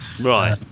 Right